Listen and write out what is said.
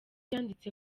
yanditse